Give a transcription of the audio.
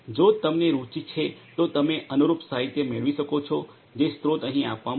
અને જો તમને રુચિ છે તો તમે અનુરૂપ સાહિત્ય મેળવી શકો છો જે સ્રોત અહીં આપવામાં આવ્યું છે